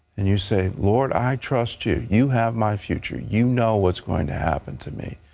and you say, lord, i trust you, you have my future, you know what is going to happen to me,